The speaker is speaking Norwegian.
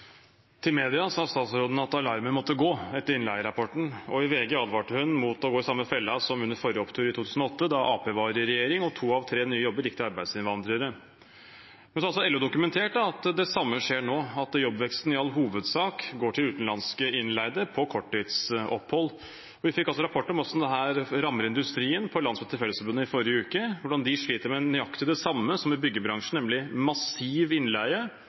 Til media sa statsråden etter innleierapporten at alarmen måtte gå, og i VG advarte hun mot å gå i samme fellen som under forrige opptur i 2008, da Arbeiderpartiet var i regjering og to av tre jobber gikk til arbeidsinnvandrere. Men så har LO dokumentert at det samme skjer nå, at jobbveksten i all hovedsak går til utenlandske innleide på korttidsopphold. Vi fikk på landsmøtet i Fellesforbundet i forrige uke rapport om hvordan dette rammer industrien, hvordan de sliter med nøyaktig det samme som byggebransjen, nemlig massiv innleie,